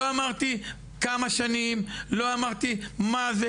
לא אמרתי כמה שנים, לא אמרתי מה?